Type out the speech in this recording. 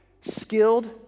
Skilled